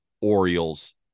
Orioles